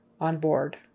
Onboard